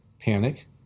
panic